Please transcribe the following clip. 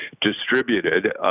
distributed